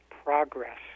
progress